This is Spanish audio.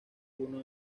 uno